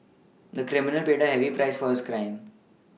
the criminal paid a heavy price for his crime